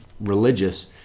religious